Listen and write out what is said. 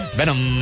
Venom